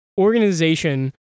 organization